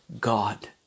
God